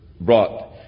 brought